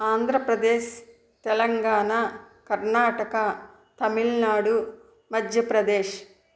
Andhra Pradesh Telangana Karnataka Tamil Nadu Madhya Pradesh